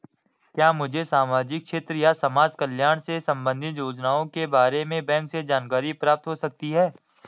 क्या मुझे सामाजिक क्षेत्र या समाजकल्याण से संबंधित योजनाओं के बारे में बैंक से जानकारी प्राप्त हो सकती है?